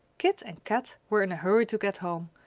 kit and kat were in a hurry to get home,